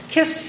Kiss